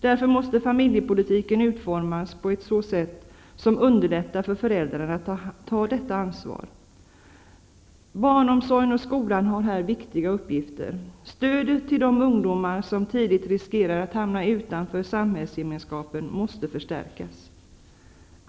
Därför måste familjepolitiken utformas på ett sätt som underlättar för föräldrarna att ta detta ansvar. Barnomsorgen och skolan har här viktiga uppgifter. Stödet till de ungdomar som tidigt riskerar att hamna utanför samhällsgemenskapen måste förstärkas.